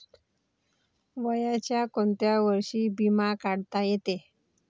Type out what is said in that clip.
वयाच्या कोंत्या वर्षी बिमा काढता येते?